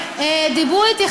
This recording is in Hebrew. דיברו אתי,